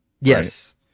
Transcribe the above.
Yes